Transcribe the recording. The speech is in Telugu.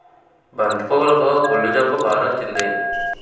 బంతి పువ్వులుకి కుళ్ళు జబ్బు పారొచ్చింది